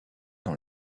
dans